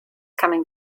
coming